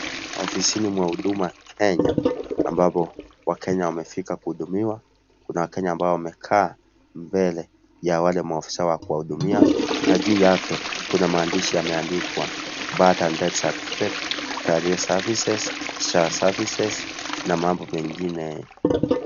Ofisini mwa Huduma Kenya ambapo wakenya wamefika kuhudumia, kuna wakenya ambao wamekaa mbele ya wale maafisa wa kuwahudumia, na juu yake kuna maandishi yameandikwa birth and death certificates ,KRA services, SHA services na mambo mengine.